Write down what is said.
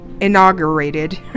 inaugurated